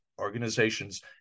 organizations